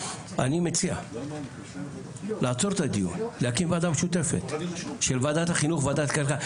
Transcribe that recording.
מציע לעצור את הדיון ולהקים ועדה משותפת של ועדת החינוך וועדת הכלכלה.